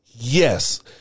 Yes